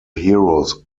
heroes